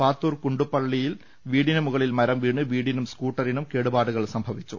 പാത്തൂർ കുണ്ടുപള്ളിയിൽ വീടിന് മുകളിൽ മരംവീണ് വീടിനും സ് കൂട്ടറിനും കേടുപാടുകൾ സംഭവിച്ചു